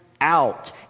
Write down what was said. out